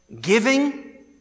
Giving